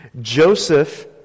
Joseph